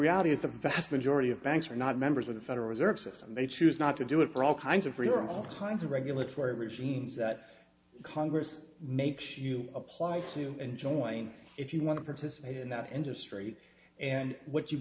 reality is the vast majority of banks are not members of the federal reserve system they choose not to do it for all kinds of free or all kinds of regulatory regimes that congress makes you apply to enjoying if you want to participate in that industry and what you